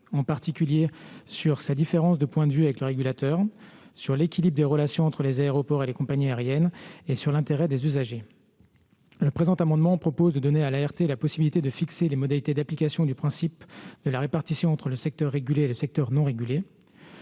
en particulier sur sa différence de point de vue avec le régulateur, sur l'équilibre des relations entre les aéroports et les compagnies aériennes et sur l'intérêt des usagers. Le présent amendement prévoit de donner à l'ART la possibilité de fixer les modalités d'application du principe de répartition entre le secteur régulé et le secteur non régulé.